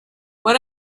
what